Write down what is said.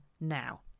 now